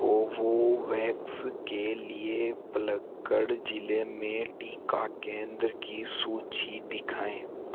Covovax के लिए पलक्कड़ जिले में टीका केंद्र की सूची दिखाएँ